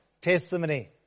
testimony